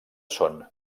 són